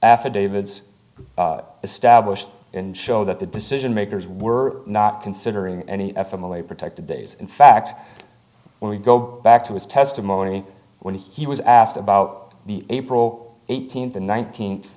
affidavits established in show that the decision makers were not considering any ethical a protective days in fact when we go back to his testimony when he was asked about the april eighteenth and nineteenth